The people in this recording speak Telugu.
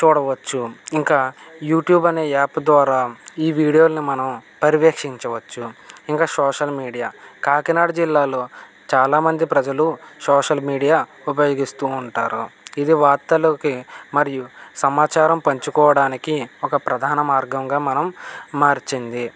చూడవచ్చు ఇంకా యూట్యూబ్ అనే యాప్ ద్వారా ఈ వీడియోలను మనం పర్యవేక్షించవచ్చు ఇంకా సోషల్ మీడియా కాకినాడ జిల్లాలో చాలామంది ప్రజలు సోషల్ మీడియా ఉపయోగిస్తూ ఉంటారు ఇది వార్తలకి మరియు సమాచారం పంచుకోవడానికి ఒక ప్రధాన మార్గంగా మనం మార్చింది